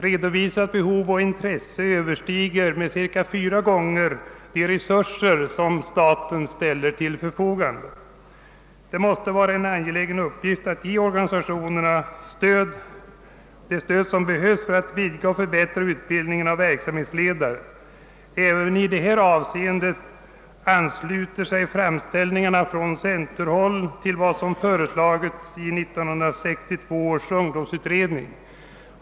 Redovisat behov och intresse överstiger med cirka fyra gånger de resurser som staten ställer till förfogande. Det måste vara en angelägen uppgift att ge organisationerna det stöd som krävs för att vidga och förbättra utbildningen av ledare. Även i det här avseendet ansluter sig framställningarna från centerpartihåll till vad som föreslagits i 1962 års ungdomsutredning.